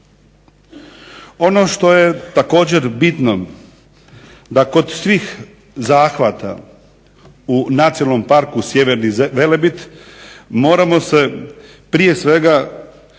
Ono što je također bitno da kod svih zahvata u Nacionalnom parku Sjeverni Velebit moramo se prije svega